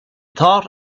thought